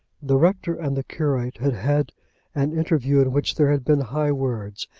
the rector and the curate had had an interview, in which there had been high words,